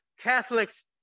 Catholics